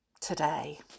today